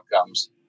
outcomes